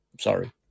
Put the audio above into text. Sorry